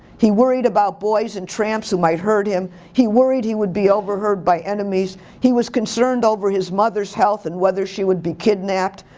he worried about boys in tramps who might hurt him. he worried he would be overheard by enemies. he was concerned over his mother's health and whether she would be kidnapped.